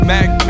Mac